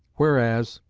whereas,